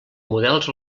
models